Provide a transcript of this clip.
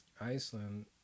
Iceland